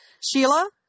Sheila